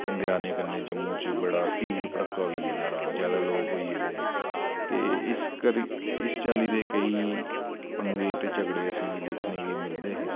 इं'दे औने कन्नै जम्मू च बड़ा भीड़ भडक्का होई गेदा जैदा लोग होई गेदे ते इस चाल्ली करी इस चाल्ली दे केईं पंगे ते झगड़े असें गी दिक्खने गी मिलदे हे